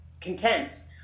content